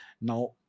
Now